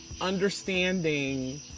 understanding